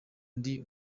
ndi